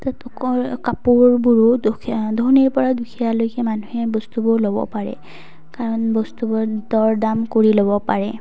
কাপোৰবোৰো দুখীয়া ধনীৰ পৰা দুখীয়ালৈকে মানুহে বস্তুবোৰ ল'ব পাৰে কাৰণ বস্তুবোৰ দৰ দাম কৰি ল'ব পাৰে